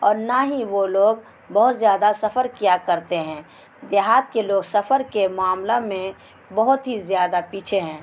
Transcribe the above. اور نہ ہی وہ لوگ بہت زیادہ سفر کیا کرتے ہیں دیہات کے لوگ سفر کے معاملہ میں بہت ہی زیادہ پیچھے ہیں